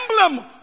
emblem